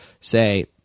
say